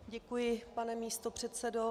Děkuji, pane místopředsedo.